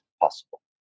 possible